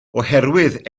oherwydd